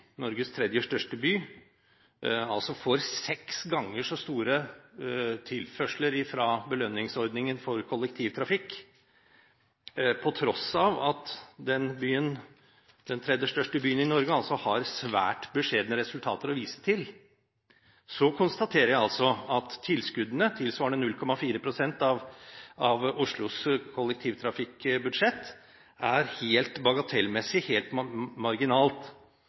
Norges tredje største by, altså får seks ganger så store tilførsler fra belønningsordningen for kollektivtrafikk, på tross av at den byen, den tredje største byen i Norge, har svært beskjedne resultater å vise til, så konstaterer jeg at tilskuddene, tilsvarende 0,4 pst. av Oslos kollektivtrafikkbudsjett, er helt bagatellmessig, helt marginalt.